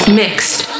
mixed